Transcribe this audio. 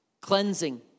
cleansing